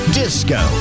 disco